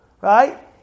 Right